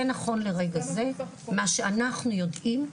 זה נכון לרגע זה, מה שאנחנו יודעים,